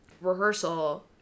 rehearsal